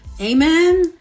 Amen